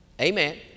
Amen